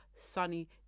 sunny